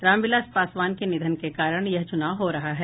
रामविलास पासवान के निधन के कारण यह च्नाव हो रहा है